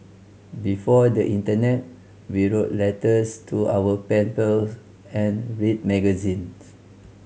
before the internet we wrote letters to our pen pals and read magazines